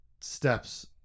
steps